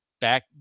Back